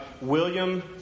William